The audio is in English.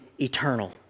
eternal